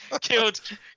Killed